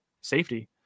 safety